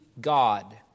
God